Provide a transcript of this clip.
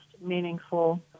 meaningful